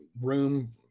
room